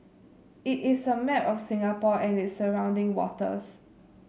it is a map of Singapore and its surrounding waters